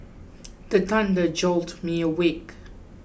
the thunder jolt me awake